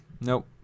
Nope